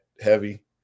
heavy